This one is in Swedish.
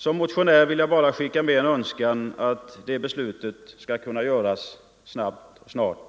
Som motionär vill jag skicka med en önskan att det beslutet skall kunna fattas snart.